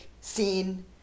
scene